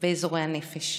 באזורי הנפש.